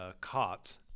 caught